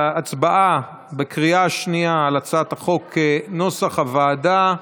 להצבעה בקריאה השנייה על הצעת החוק כנוסח הוועדה.